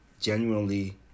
genuinely